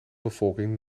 bevolking